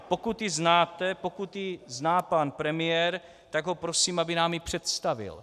Pokud ji znáte, pokud ji zná pan premiér, tak ho prosím, aby nám ji představil.